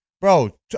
Bro